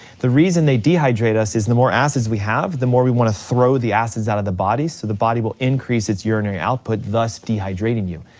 the reason they dehydrate us is the more acids we have, the more we wanna throw the acids out of the body so the body will increase its urinary output, thus dehydrating you.